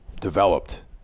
developed